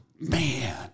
man